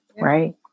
right